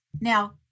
Now